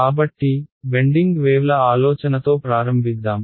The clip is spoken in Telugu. కాబట్టి బెండింగ్ వేవ్ల ఆలోచనతో ప్రారంభిద్దాం